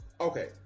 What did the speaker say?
okay